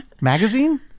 Magazine